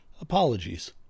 Apologies